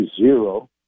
zero